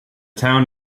town